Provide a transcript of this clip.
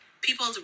People